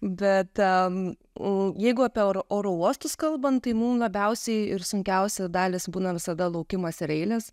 bet jeigu apie euro oro uostus kalbant tai mum labiausiai ir sunkiausia dalis būna visada laukimas ir eilės